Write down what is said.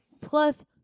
Plus